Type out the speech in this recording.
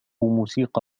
موسيقى